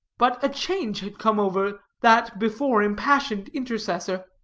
but a change had come over that before impassioned intercessor.